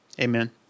Amen